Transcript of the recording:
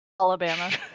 Alabama